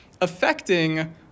affecting